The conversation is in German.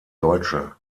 deutsche